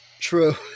true